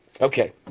Okay